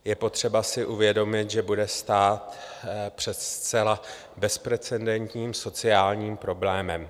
Je potřeba si uvědomit, že budeme stát před zcela bezprecedentním sociálním problémem.